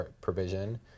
provision